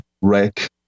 wreck